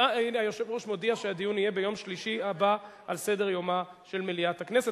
היושב-ראש מודיע שהדיון יהיה ביום שלישי הבא בסדר-יומה של מליאת הכנסת.